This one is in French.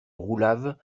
roulave